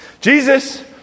Jesus